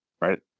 right